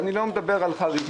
אני לא מדבר על חריגים.